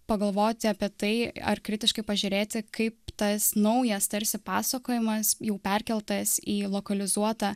pagalvoti apie tai ar kritiškai pažiūrėti kaip tas naujas tarsi pasakojimas jau perkeltas į lokalizuotą